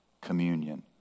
communion